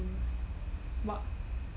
about